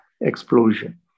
explosion